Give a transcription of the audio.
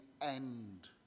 end